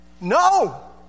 No